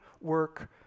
work